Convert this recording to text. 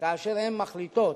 כאשר הן מחליטות